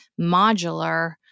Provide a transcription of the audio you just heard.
modular